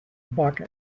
bucket